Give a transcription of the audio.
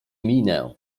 minę